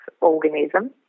organism